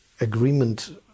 agreement